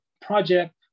project